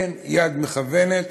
אין יד מכוונת